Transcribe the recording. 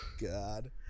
god